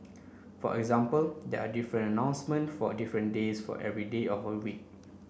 for example there are different announcement for different days for every day of whole week